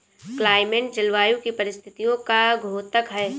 climate जलवायु की परिस्थितियों का द्योतक है